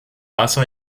pasa